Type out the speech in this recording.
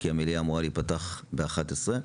כי המליאה אמורה להיפתח בשעה 11:00,